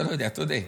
אתה לא יודע, תודה.